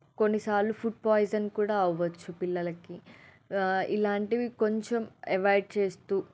కొన్నిసార్లు food poison కూడా అవ్వచ్చు పిల్లలకి ఇలాంటివి కొంచెం అవాయిడ్ చేస్తూ